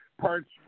parts